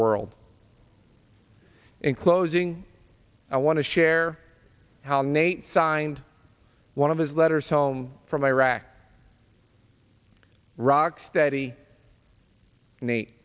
world in closing i want to share how nate signed one of his letters home from iraq rocksteady nate